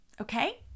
okay